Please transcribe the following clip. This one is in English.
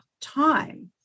time